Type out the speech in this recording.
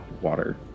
water